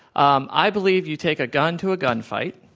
um i believe you take a gun to a gun fight,